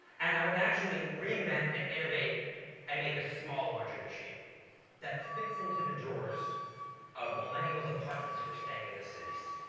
and i would actually reinvent and innovate and make a small laundry machine that fits into the drawers of millennials apartments who are staying in the cities.